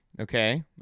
okay